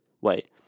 wait